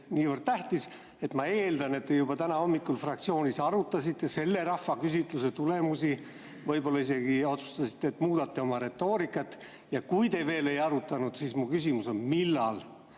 niivõrd tähtis. Ma eeldan, et te juba täna hommikul fraktsioonis arutasite selle rahvaküsitluse tulemusi, võib-olla isegi otsustasite, et muudate oma retoorikat. Kui te veel ei arutanud, siis mu küsimus on, millal